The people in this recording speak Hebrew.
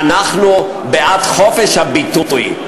אנחנו בעד חופש הביטוי,